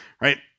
right